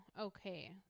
Okay